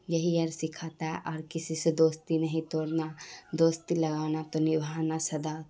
یہی اور سکھاتا ہے اور کسی سے دوستی نہیں توڑنا دوستی لگانا تو نبھانا سدا